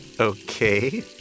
Okay